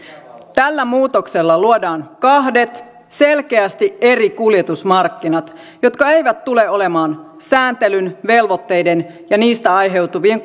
tällä muutoksella luodaan kahdet selkeästi eri kuljetusmarkkinat jotka eivät tule olemaan sääntelyn velvoitteiden ja niistä aiheutuvien